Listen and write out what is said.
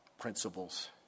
principles